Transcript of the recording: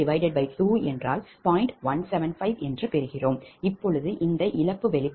175 இப்போது இந்த இழப்பு வெளிப்பாடு d10